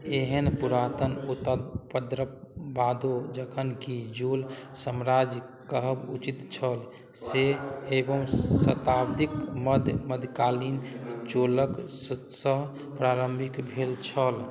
एहन पुरातन उद्भवके बादो जखन कि चोल साम्राज्य कहब उचित छल से नवम शताब्दीके मध्य मध्यकालीन चोलके सङ्ग प्रारम्भ भेल छल